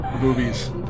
movies